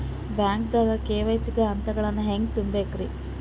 ಬ್ಯಾಂಕ್ದಾಗ ಕೆ.ವೈ.ಸಿ ಗ ಹಂತಗಳನ್ನ ಹೆಂಗ್ ತುಂಬೇಕ್ರಿ?